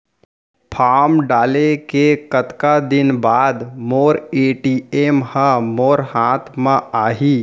Form डाले के कतका दिन बाद मोर ए.टी.एम ह मोर हाथ म आही?